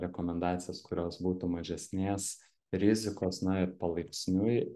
rekomendacijas kurios būtų mažesnės rizikos na ir palaipsniui